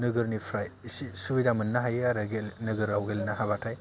नोगोरनिफ्राय एसे सुबिदा मोननो हायो आरो गेलेनो नोगोराव गेलेनो हाबाथाय